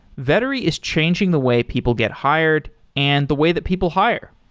vettery is changing the way people get hired and the way that people hire.